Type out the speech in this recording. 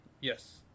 Yes